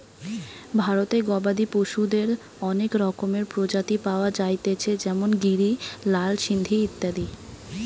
ভারতে গবাদি পশুদের অনেক রকমের প্রজাতি পায়া যাইতেছে যেমন গিরি, লাল সিন্ধি ইত্যাদি